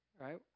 right